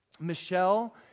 Michelle